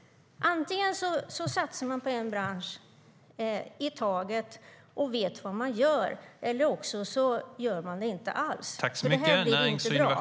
Antingen satsar man på en bransch i taget och vet vad man gör, eller så gör man det inte alls. Det här blir nämligen inte bra.